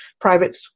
private